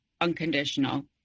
unconditional